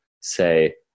say